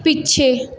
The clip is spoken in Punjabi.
ਪਿੱਛੇ